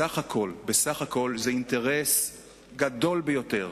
בסך הכול זה אינטרס גדול ביותר,